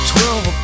Twelve